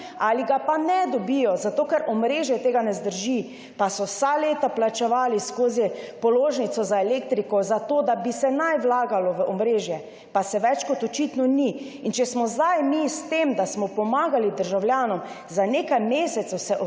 ali ga pa ne dobijo, zato ker omrežje tega ne zdrži. Pa so vsa leta plačevali skozi položnico za elektriko za to, da naj bi se vlagalo v omrežje, pa se več kot očitno ni. Če smo se zdaj mi, da smo s tem pomagali državljanom, za nekaj mesecev odpovedali